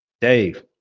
Dave